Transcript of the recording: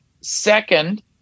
Second